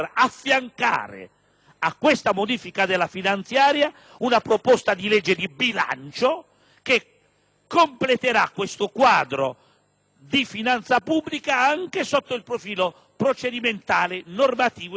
completerà il quadro di finanza pubblica anche sotto il profilo procedimentale, normativo e regolamentare. È qualcosa che stiamo per fare e che completa anche sotto questo profilo l'idea chiara che abbiamo.